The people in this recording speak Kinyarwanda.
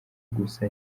gusa